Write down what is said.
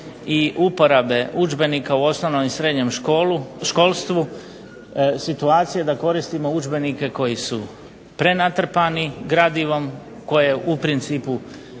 i uporabe udžbenika u osnovnom i srednjem školstvu situacije da koristimo udžbenike koji su prenatrpani gradivom koje u principu